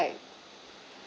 vibe